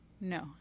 No